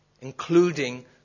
including